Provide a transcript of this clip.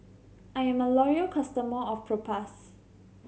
I'm a loyal customer of Propass